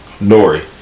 Nori